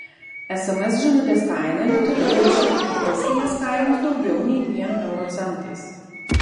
sms žinutės kaina neturi viršyti įprastinės kainos daugiau nei dviem euro centais